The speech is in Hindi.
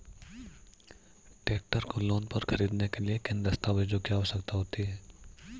ट्रैक्टर को लोंन पर खरीदने के लिए किन दस्तावेज़ों की आवश्यकता होती है?